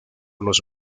los